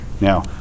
now